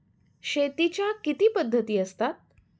शेतीच्या किती पद्धती असतात?